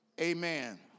amen